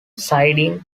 sidings